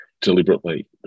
deliberately